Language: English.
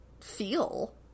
feel